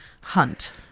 hunt